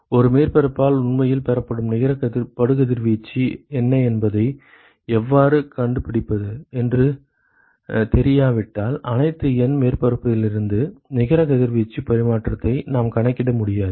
ஒரு மேற்பரப்பால் உண்மையில் பெறப்படும் நிகர படுகதிர்வீச்சு என்ன என்பதை எவ்வாறு கண்டுபிடிப்பது என்று தெரியாவிட்டால் அனைத்து N மேற்பரப்புகளிலிருந்தும் நிகர கதிர்வீச்சு பரிமாற்றத்தை நாம் கணக்கிட முடியாது